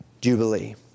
Jubilee